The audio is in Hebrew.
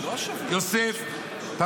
יוסף --- לא השבוע --- כן,